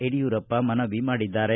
ಯಡಿಯೂರಪ್ಪ ಮನವಿ ಮಾಡಿದ್ದಾರೆ